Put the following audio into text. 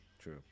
true